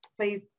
please